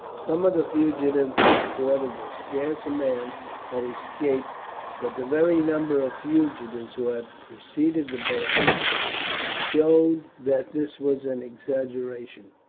some of the fugitives had reported that scarce a man had escaped but the very number of fugitives who had preceded the band showed that this was an exaggeration.